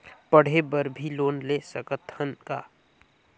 पढ़े बर भी लोन ले सकत हन का?